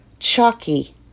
Chalky